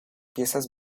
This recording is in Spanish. piezas